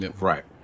Right